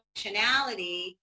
functionality